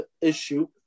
issue